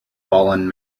fallen